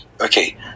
Okay